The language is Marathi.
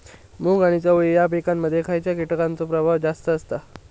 मूग आणि चवळी या पिकांमध्ये खैयच्या कीटकांचो प्रभाव जास्त असता?